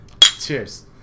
Cheers